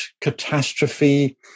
catastrophe